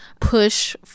push